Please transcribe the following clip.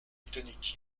obtenait